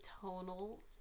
tonal